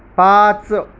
पाच